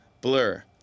Blur